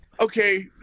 okay